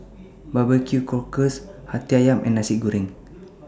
Barbecue Cockles Hati Ayam and Nasi Goreng